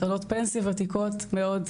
קרנות פנסיה ותיקות מאוד.